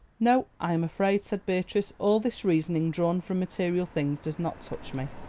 no i am afraid, said beatrice, all this reasoning drawn from material things does not touch me.